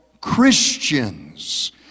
Christians